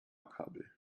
kabel